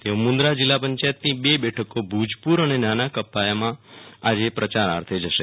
તેઓ મું દરા જીલ્લા પંચાયતની બે બેઠકો ભુજપુર એને નાના કપાયામાં આજે પ્રયારકાર્યે જશે